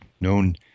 known